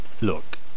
Look